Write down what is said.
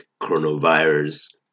coronavirus